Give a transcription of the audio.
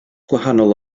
gwahanol